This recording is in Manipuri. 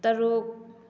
ꯇꯔꯨꯛ